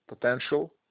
potential